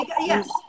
Yes